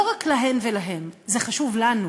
לא רק להן ולהם, זה חשוב לנו,